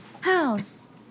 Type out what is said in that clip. House